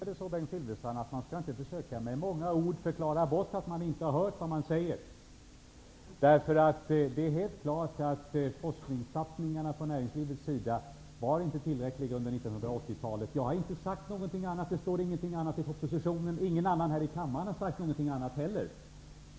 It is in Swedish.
Herr talman! Man skall inte med många ord försöka förklara bort att man inte har hört vad som sagts. Det är helt klart att forskningssatsningarna från näringslivets sida inte var tillräckliga under 80 talet. Jag har inte sagt någonting annat, det står ingenting annat i propositionen, och ingen annan har heller sagt någonting annat här i kammaren.